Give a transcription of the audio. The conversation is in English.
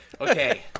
okay